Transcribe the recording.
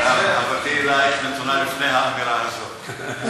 מירב, אהבתי אלייך נתונה לפני האמירה הזאת.